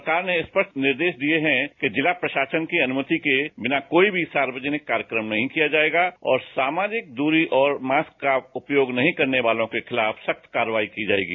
सरकार ने स्पष्ट निर्देश दिए हैं कि जिला प्रशासन की अनुमति के बिना कोई सार्वजनिक कार्यक्रम नहीं किया जाएगा और सामाजिक दूरी और मास्क का उपयोग नहीं करने वालों के खिलाफ सख्त कार्रवाई की जाएगी